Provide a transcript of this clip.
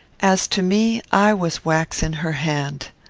as to me, i was wax in her hand.